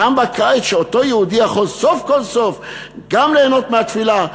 שאותו יהודי יכול סוף כל סוף גם בקיץ ליהנות מהתפילה,